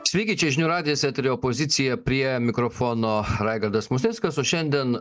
sveiki čia žinių radijas eteryje opozicija prie mikrofono raigardas musnickas o šiandien